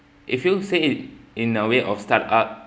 if you say it in a way of startup